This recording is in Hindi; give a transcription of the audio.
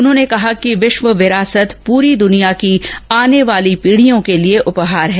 उन्होंने कहा कि विश्व विरासत पूरी दुनिया की आने वाली पीढियों के लिए उपहार हैं